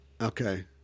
Okay